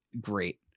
great